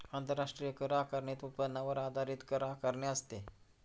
आंतरराष्ट्रीय कर आकारणीत उत्पन्नावर आधारित कर आकारणी असते